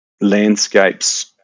landscapes